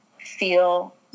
feel